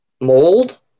mold